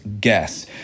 guess